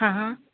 हा हा